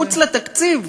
מחוץ לתקציב,